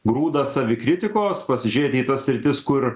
grūdą savikritikos pasižiūrėti į tas sritis kur